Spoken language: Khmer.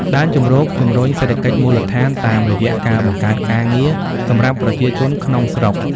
ដែនជម្រកជំរុញសេដ្ឋកិច្ចមូលដ្ឋានតាមរយៈការបង្កើតការងារ សម្រាប់ប្រជាជនក្នុងស្រុក។